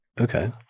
Okay